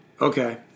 Okay